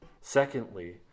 Secondly